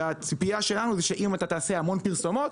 והציפייה שלנו היא שאם תעשה הרבה פרסומות